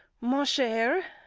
ma chere,